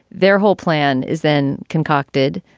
their whole plan is then concocted.